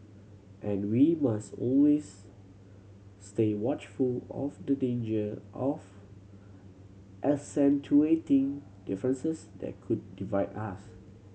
and we must always stay watchful of the danger of accentuating differences that could divide us